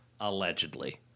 allegedly